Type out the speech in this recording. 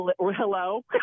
hello